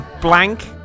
blank